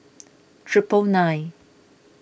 triple nine